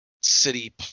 city